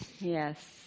Yes